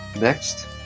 Next